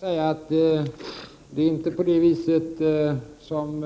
Herr talman! Det är inte så som